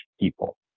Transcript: people